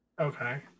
Okay